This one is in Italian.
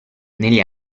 negli